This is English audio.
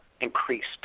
increased